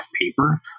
paper